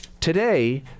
Today